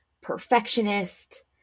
perfectionist